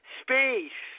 space